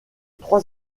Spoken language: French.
trois